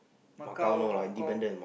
Macau HongKong